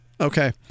Okay